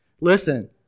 listen